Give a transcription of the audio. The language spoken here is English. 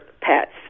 pets